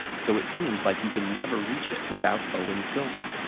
so it seems like you can never reach it without owing silver.